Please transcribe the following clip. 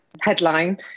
headline